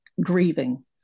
grieving